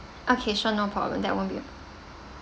okay sure no problem that won't be